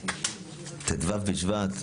ט"ו בשבט,